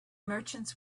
merchants